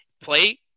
play